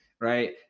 right